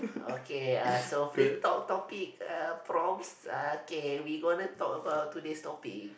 okay uh so free talk topic uh prompts okay we gonna talk about today's topic